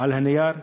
על הנייר,